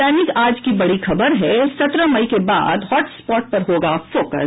दैनिक आज की बड़ी खबर है सत्रह मई के बाद हॉटस्पॉट पर होगा फोकस